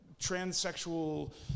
transsexual